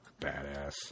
Badass